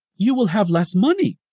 you will have less money.